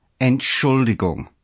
Entschuldigung